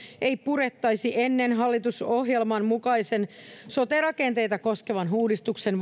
ei purettaisi ennen hallitusohjelman mukaisen sote rakenteita koskevan uudistuksen